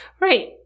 Right